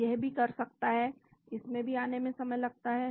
तो यह भी कर सकता है इसमें भी आने में समय लगता है